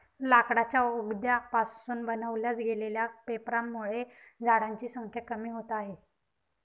लाकडाच्या लगद्या पासून बनवल्या गेलेल्या पेपरांमुळे झाडांची संख्या कमी होते आहे